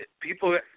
people